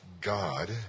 God